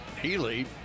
Healy